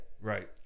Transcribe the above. Right